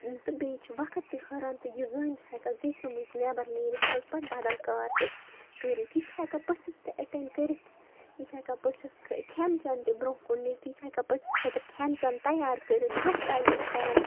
تہٕ بیٚیہِ چھِ وقت تہِ ہٕران تہٕ یہِ زٔنۍ چھِ ہٮ۪کان کِچنہٕ منٛز نٮ۪بَر نیٖرِتھ حظ پَتہٕ بَدَل کار تہِ کٔرِتھ یہِ چھِ ہٮ۪کان پٔژھِس تہِ اٮ۪ٹٮ۪نٛڈ کٔرِتھ یہِ چھِ ہٮ۪کان پٔژھِس کھٮ۪ن چٮ۪ن تہِ برٛونٛہہ کُن نِتھ یہِ چھِ ہٮ۪کان پٔژھِس خٲطرٕ کھٮ۪ن چٮ۪ن تیار کٔرِتھ برٛونٛہہ کالہِ ٲسۍ کَران